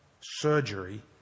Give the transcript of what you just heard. surgery